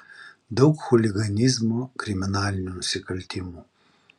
daug chuliganizmo kriminalinių nusikaltimų